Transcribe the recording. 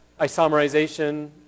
isomerization